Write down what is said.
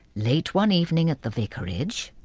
late one evening at the vicarage,